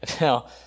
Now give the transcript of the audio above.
Now